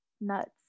nuts